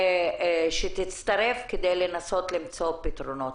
שהיא תצטרף כדי לנסות למצוא פתרונות.